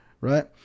right